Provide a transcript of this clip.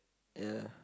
ya